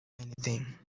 anything